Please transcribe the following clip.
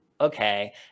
okay